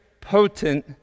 potent